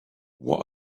what